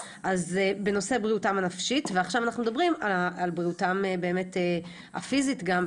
בנושא בריאותם הנפשית ועכשיו אנחנו מדברים על בריאותם באמת הפיזית גם,